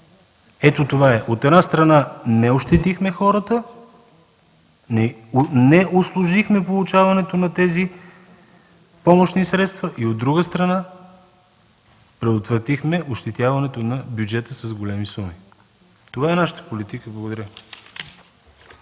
Ето, това е! От една страна, не ощетихме хората, не усложнихме получаването на тези помощни средства и, от друга страна, предотвратихме ощетяването на бюджета с големи суми. Това е нашата политика. Благодаря.